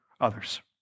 others